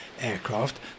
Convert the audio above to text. aircraft